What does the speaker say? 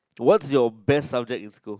what's your best subject in school